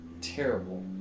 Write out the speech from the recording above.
terrible